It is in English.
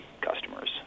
customers